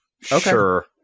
sure